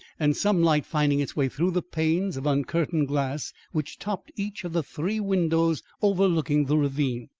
and some light finding its way through the panes of uncurtained glass which topped each of the three windows overlooking the ravine,